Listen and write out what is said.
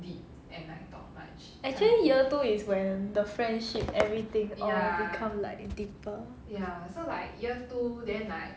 actually year two is where the friendship everything all become like deeper